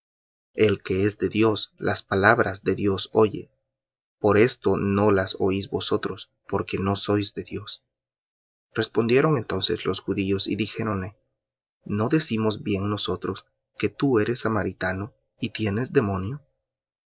el que es de dios las palabras de dios oye por esto no oís vosotros porque no sois de dios respondieron entonces los judíos y dijéronle no decimos bien nosotros que tú eres samaritano y tienes demonio